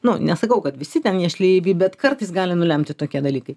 nu nesakau kad visi ten jie šleivi bet kartais gali nulemti tokie dalykai